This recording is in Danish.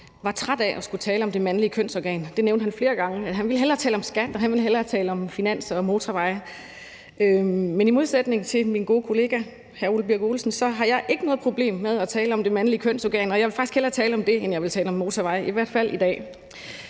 var træt af at skulle tale om det mandlige kønsorgan. Det nævnte han flere gange. Han ville hellere tale om skat, og han ville hellere tale om finans og motorveje. Men i modsætning til min gode kollega hr. Ole Birk Olesen har jeg ikke noget problem med at tale om det mandlige kønsorgan, og jeg vil faktisk hellere tale om det, end jeg vil tale om motorveje, i hvert fald i dag.